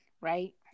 right